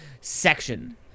section